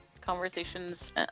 conversations